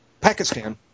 Pakistan